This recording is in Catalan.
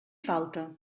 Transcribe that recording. falta